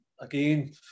again